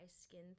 skin